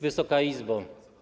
Wysoka Izbo!